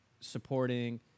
supporting